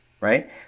right